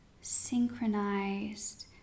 synchronized